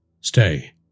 Stay